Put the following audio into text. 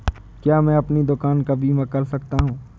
क्या मैं अपनी दुकान का बीमा कर सकता हूँ?